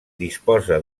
disposa